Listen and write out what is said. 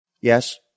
Yes